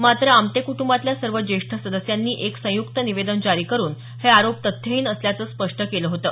मात्र आमटे कुटंबातल्या सर्व ज्येष्ठ सदस्यांनी एक संयुक्त निवेदन जारी करून हे आरोप तथ्यहीन असल्याचं स्पष्ट केलं होतं